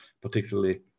particularly